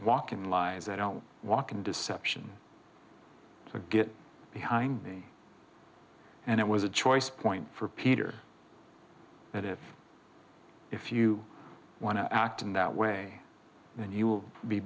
walk in lies i don't walk in deception to get behind me and it was a choice point for peter that if if you want to act in that way then you will be